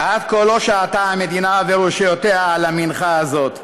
עד כה לא שעו המדינה ורשויותיה למנחה הזו,